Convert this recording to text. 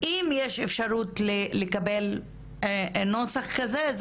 אם יש אפשרות לקבל נוסח כזה,